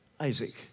Isaac